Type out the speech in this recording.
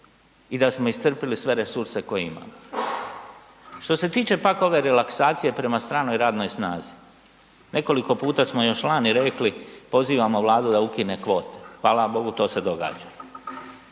i da smo iscrpili sve resurse koje imamo. Što se tiče pak ove relaksacije prema stranoj radnoj snazi, nekoliko puta smo još lani rekli pozivamo Vladu da ukine kvote, hvala Bogu to se događa,